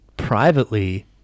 Privately